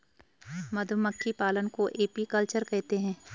मधुमक्खी पालन को एपीकल्चर कहते है